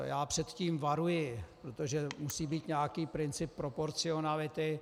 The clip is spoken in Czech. Já před tím varuji, protože musí být nějaký princip proporcionality.